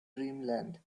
dreamland